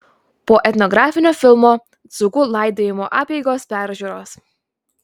po etnografinio filmo dzūkų laidojimo apeigos peržiūros